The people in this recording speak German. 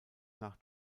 nach